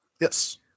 Yes